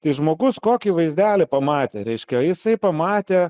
tai žmogus kokį vaizdelį pamatė reiškia jisai pamatė